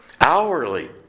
Hourly